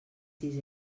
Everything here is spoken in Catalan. sis